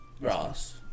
Ross